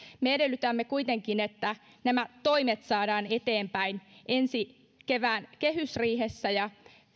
me edellytämme kuitenkin että nämä toimet saadaan eteenpäin ensi kevään kehysriihessä ja